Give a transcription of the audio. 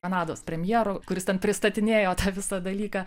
kanados premjero kuris ten pristatinėjo tą visą dalyką